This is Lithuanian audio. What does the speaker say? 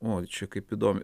oi čia kaip įdomiai